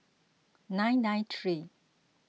nine nine three